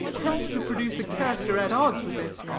tends to produce a character at odds with it,